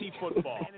football